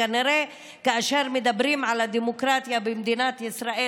כנראה כאשר מדברים על הדמוקרטיה במדינת ישראל,